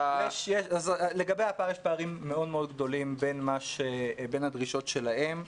יש פערים מאוד מאוד גדולים בין הדרישות שלהם,